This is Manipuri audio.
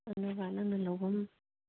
ꯑꯗꯨꯒ ꯅꯪꯅ ꯂꯧꯐꯝ